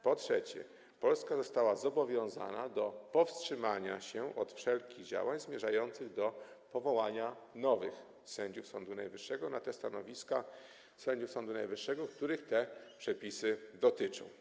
Po trzecie, Polska została zobowiązana do powstrzymania się od wszelkich działań zmierzających do powołania nowych sędziów Sądu Najwyższego na te stanowiska sędziów Sądu Najwyższego, których te przepisy dotyczą.